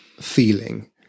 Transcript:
feeling